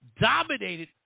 dominated